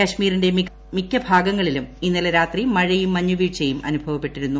കശ്മീറിന്റെ മിക്ക ഭാഗങ്ങളിലും ഇന്നലെ രാത്രി മഴയും മഞ്ഞു വീഴ്ചയും അനുഭവപ്പെട്ടിരുന്നു